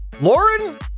Lauren